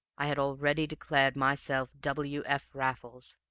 i had already declared myself w. f. raffles.